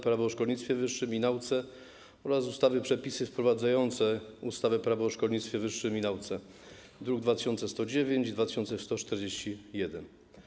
Prawo o szkolnictwie wyższym i nauce oraz ustawy - Przepisy wprowadzające ustawę - Prawo o szkolnictwie wyższym i nauce, druki nr 2109 i 2141.